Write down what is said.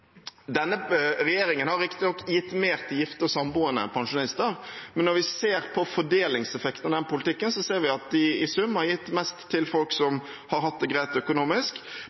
Denne regjeringen har riktignok gitt mer til gifte og samboende pensjonister, men når vi ser på fordelingseffekten av politikken, ser vi at de i sum har gitt mest til folk som har hatt det greit økonomisk,